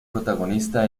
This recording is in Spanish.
protagonista